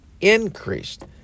increased